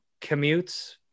commutes